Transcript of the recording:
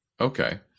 Okay